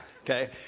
okay